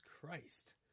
Christ